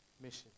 Mission